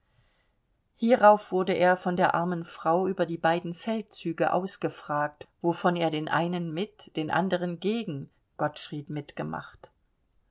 hierauf wurde er von der armen frau über die beiden feldzüge ausgefragt wovon er den einen mit den andern gegen gottfried mitgemacht